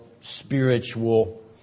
spiritual